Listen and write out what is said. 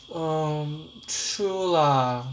um true lah